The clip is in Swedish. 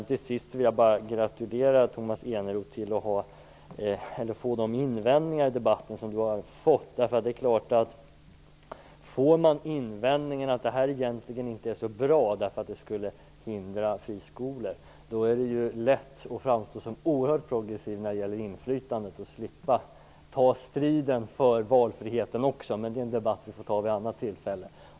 Till sist vill jag gratulera Tomas Eneroth till de invändningar som han har fått i debatten. Om man får invändningen att detta egentligen inte är så bra därför att det skulle hindra friskolor är det ju lätt att framstå som oerhört progressiv när det gäller inflytandet och slippa ta striden för valfriheten också. Men det är en debatt som vi får föra vid ett annat tillfälle.